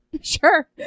Sure